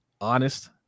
honest